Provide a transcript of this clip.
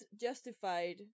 justified